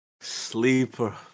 sleeper